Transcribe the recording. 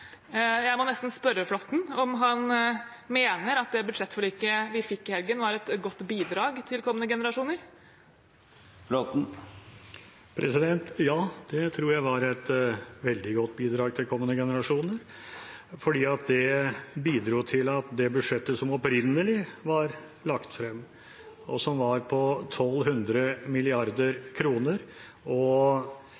Jeg må nesten spørre Flåtten om han mener at det budsjettforliket vi fikk i helgen, var et godt bidrag til kommende generasjoner. Ja, det tror jeg var et veldig godt bidrag til kommende generasjoner, for det bidro til at det budsjettet som opprinnelig var lagt frem, som var på